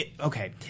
Okay